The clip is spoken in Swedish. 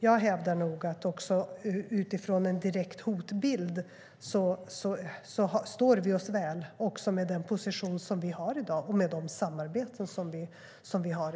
Jag hävdar nog att vi utifrån en direkt hotbild står oss väl också med den position som vi har i dag och med de samarbeten som vi har i dag.